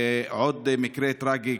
ועוד מקרה טרגי,